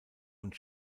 und